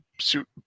suit